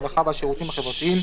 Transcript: הרווחה והשירותים החברתיים,